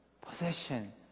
Possession